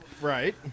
Right